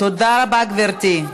תודה רבה, גברתי.